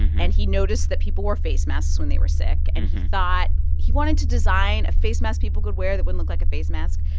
and he noticed that people wore face masks when they were sick. and he thought he wanted to design a face mask people could wear that wouldn't look like a face mask.